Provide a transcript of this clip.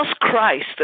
Christ